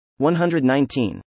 119